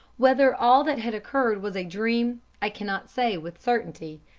whether all that had occurred was a dream, i cannot say with certainty,